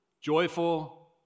joyful